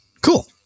Cool